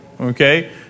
Okay